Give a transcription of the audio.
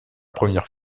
première